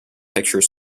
picture